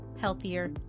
healthier